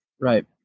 Right